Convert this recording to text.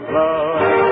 love